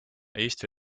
eesti